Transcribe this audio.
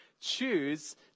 choose